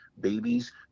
babies